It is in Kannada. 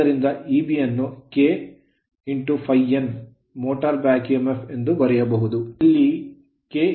ಆದ್ದರಿಂದ Eb ಅನ್ನು k ∅ N motor back EMF motor back EMF ಎಂದು ಬರೆಯಬಹುದು